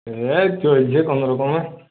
এই চলছে কোনো রকমে